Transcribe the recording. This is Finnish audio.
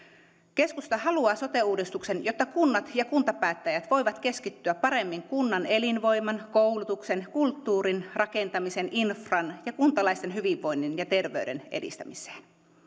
keskusta haluaa sote uudistuksen jotta kunnat ja kuntapäättäjät voivat keskittyä paremmin kunnan elinvoiman koulutuksen kulttuurin rakentamisen infran ja kuntalaisten hyvinvoinnin ja terveyden edistämiseen